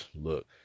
look